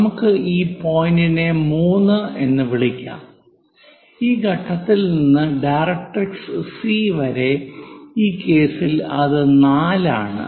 നമുക്ക് ഈ പോയിന്റിനെ 3 എന്ന് വിളിക്കാം ഈ ഘട്ടത്തിൽ നിന്ന് ഡയറക്ട്രിക്സ് സി വരെ ഈ കേസിൽ അത് 4 ആണ്